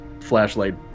flashlight